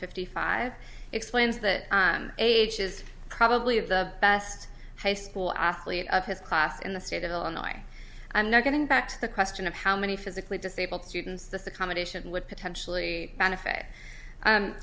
fifty five explains that age is probably the best high school athlete of his class in the state of illinois i'm not going to back to the question of how many physically disabled students this accommodation would potentially benefit